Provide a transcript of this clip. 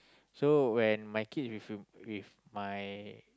so when my kids with with my